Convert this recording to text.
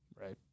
Right